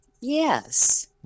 Yes